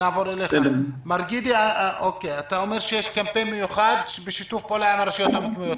אתה אומר שיש קמפיין מיוחד בשיתוף פעולה עם הרשויות המקומיות,